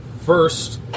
First